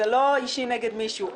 זה לא אישי נגד מישהו.